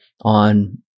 on